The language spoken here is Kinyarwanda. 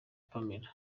pamela